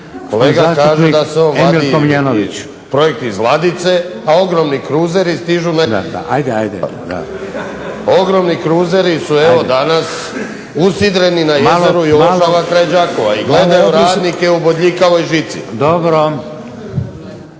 Kolega kaže da se vadi projekt iz ladice, a ogromni kruzeri stižu. Ogromni kruzeri su evo danas usidreni na jezeru … kraj Đakova i gledaju radnike u bodljikavoj žici.